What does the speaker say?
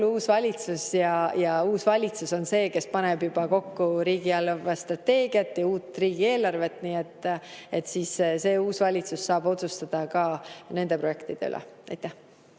uus valitsus. Uus valitsus on see, kes paneb kokku riigi eelarvestrateegia ja uue riigieelarve. Nii et see uus valitsus saab otsustada ka nende projektide üle. Nüüd